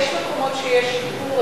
יש מקומות שיש שיפור.